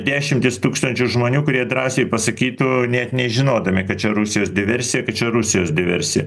dešimtys tūkstančių žmonių kurie drąsiai pasakytų net nežinodami kad čia rusijos diversija kad čia rusijos diversija